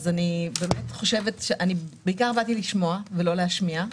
באתי בעיקר לשמוע ולא להשמיע,